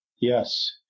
Yes